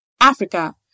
Africa